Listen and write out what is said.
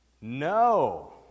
No